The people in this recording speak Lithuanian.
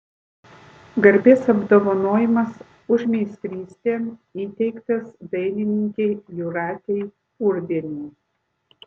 garbės apdovanojimas už meistrystę įteiktas dailininkei jūratei urbienei